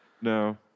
No